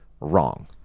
wrong